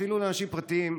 אפילו לאנשים פרטיים,